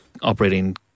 operating